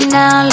now